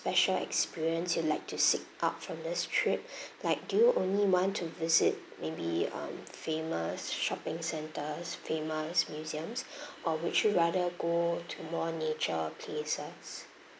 special experience you'd like to seek out from this trip like do you only want to visit maybe um famous shopping centres famous museum or would you rather go to more nature places